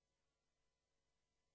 ועדות